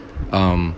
um